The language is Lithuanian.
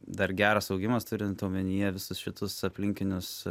dar geras augimas turint omenyje visus šitus aplinkinius